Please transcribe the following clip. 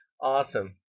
Awesome